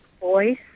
voice